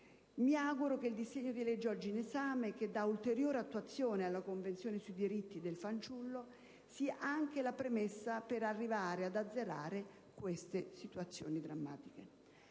Mi auguro che il disegno di legge oggi in esame, che dà ulteriore attuazione alla Convenzione sui diritti del fanciullo, sia anche la premessa per arrivare ad azzerare queste situazioni drammatiche.